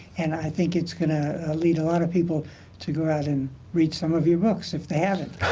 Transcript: and i think it's gonna lead a lot a people to go out and read some of your books if they haven't.